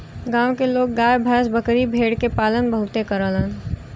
गांव के लोग गाय भैस, बकरी भेड़ के पालन बहुते करलन